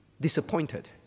disappointed